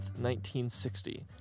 1960